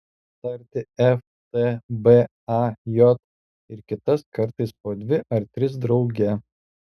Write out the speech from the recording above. tarti f t b a j ir kitas kartais po dvi ar tris drauge